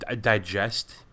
digest